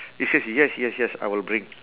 he says yes yes yes I will bring